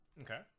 Okay